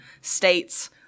states